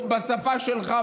בשפה שלך,